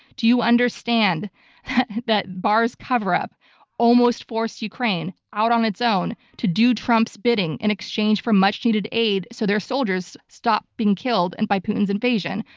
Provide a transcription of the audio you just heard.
do you understand that barr's coverup almost forced ukraine out on its own to do trump's bidding in exchange for much-needed aid so their soldiers stopped being killed and by putin's invasion?